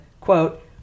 quote